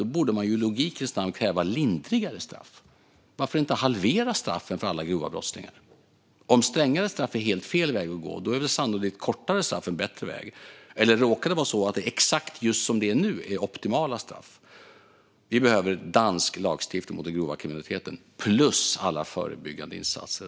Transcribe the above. Då borde de ju i logikens namn kräva lindrigare straff. Varför inte halvera straffen för alla grova brottslingar? Om strängare straff är helt fel väg att gå är sannolikt kortare straff en bättre väg. Eller är det exakt som straffen är nu som är det optimala? Vi behöver dansk lagstiftning mot den grova kriminaliteten, plus alla förebyggande insatser.